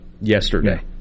yesterday